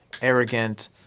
Arrogant